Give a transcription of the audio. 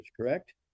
correct